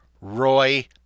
roy